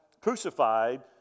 crucified